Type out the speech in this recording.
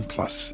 Plus